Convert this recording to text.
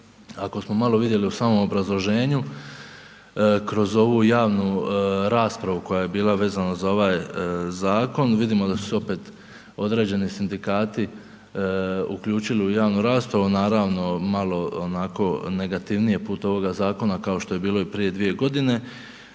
Ako smo malo vidjeli u samom obrazloženju kroz ovu javnu raspravu koja je bila vezana za ovaj zakon, vidimo da su se opet određeni sindikati uključili u javnu raspravu, naravno malo onako negativnije put ovog zakona kao što je bilo i prije dvije godine